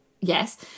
Yes